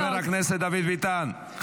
חבר הכנסת דוד ביטן.